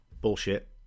bullshit